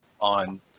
on